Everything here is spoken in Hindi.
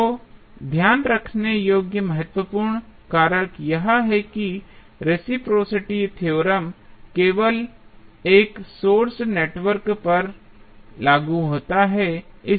तो ध्यान रखने योग्य महत्वपूर्ण कारक यह है कि रेसिप्रोसिटी थ्योरम केवल एक सोर्स नेटवर्क पर लागू होता है